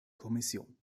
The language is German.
kommission